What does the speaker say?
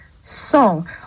song